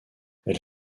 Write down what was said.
elle